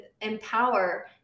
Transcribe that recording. empower